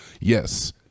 Yes